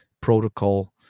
protocol